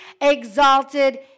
exalted